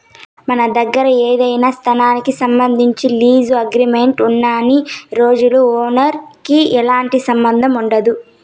మన దగ్గర ఏదైనా స్థలానికి సంబంధించి లీజు అగ్రిమెంట్ ఉన్నన్ని రోజులు ఓనర్ కి ఎలాంటి సంబంధం ఉండదు